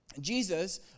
Jesus